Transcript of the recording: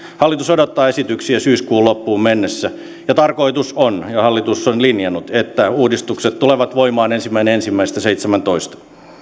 hallitus odottaa esityksiä syyskuun loppuun mennessä ja tarkoitus on ja hallitus on linjannut että uudistukset tulevat voimaan ensimmäinen ensimmäistä seitsemänteentoista